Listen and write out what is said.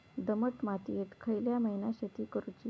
दमट मातयेत खयल्या महिन्यात शेती करुची?